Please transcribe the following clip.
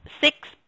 six